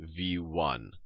V1